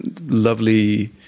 lovely